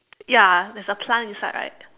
ya there's a plant inside right